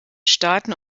staaten